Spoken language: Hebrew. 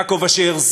יעקב אשר.